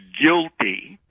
guilty